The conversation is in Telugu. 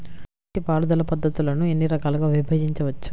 నీటిపారుదల పద్ధతులను ఎన్ని రకాలుగా విభజించవచ్చు?